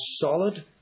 solid